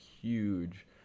huge